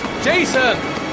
Jason